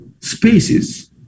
spaces